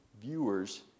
viewers